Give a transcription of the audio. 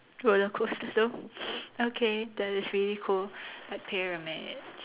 roller coasters so okay that is really cool a pyramid